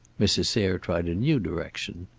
mrs. sayre tried a new direction.